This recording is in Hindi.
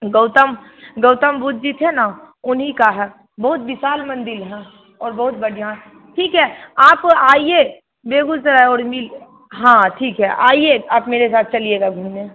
गौतम गौतम बुद्ध जी थे ना उन्हीं का है बहुत विशाल मंदिर है और बहुत बढ़िया ठीक है आप आइए बेगूसराय और नील हाँ ठीक है आइए आप मेरे साथ चलिएगा घूमने